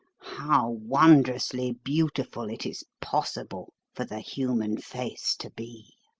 how wondrously beautiful it is possible for the human face to be!